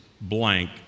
blank